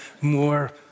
more